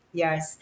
yes